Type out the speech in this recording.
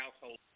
household